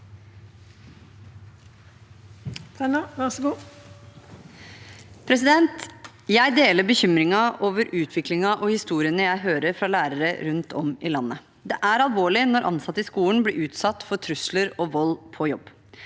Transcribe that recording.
Jeg deler bekym- ringen over utviklingen og historiene jeg hører fra lærere rundt om i landet. Det er alvorlig når ansatte i skolen blir utsatt for trusler og vold på jobb.